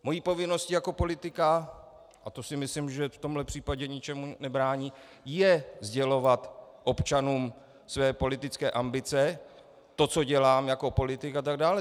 Mou povinností jako politika, a to si myslím, že v tomhle případě ničemu nebrání, je sdělovat občanům své politické ambice, to, co dělám jako politik atd.